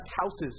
houses